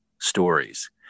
stories